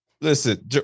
Listen